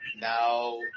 now